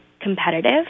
competitive